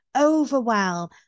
overwhelm